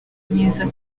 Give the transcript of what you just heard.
neza